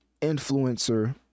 influencer